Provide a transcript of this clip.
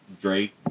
Drake